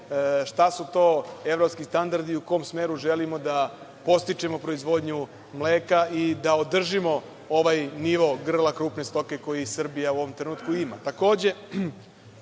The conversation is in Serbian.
šta su to evropski standardi, u kom smeru želimo da podstičemo proizvodnju mleka i da održimo ovaj nivo grla krupne stoke koji Srbija u ovom trenutku